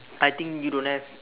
I think you don't have